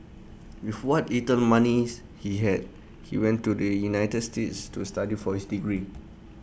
with what little money he had he went to the united states to study for his degree